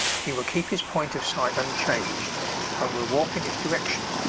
he will keep his point of sight unchanged and will walk in its direction,